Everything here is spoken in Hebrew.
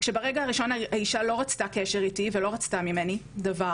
כשברגע הראשון האישה לא רצתה קשר איתי ולא רצתה ממני דבר